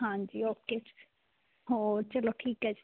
ਹਾਂਜੀ ਓਕੇ ਹੋਰ ਚਲੋ ਠੀਕ ਹੈ ਜੀ